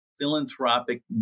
philanthropic